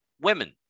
women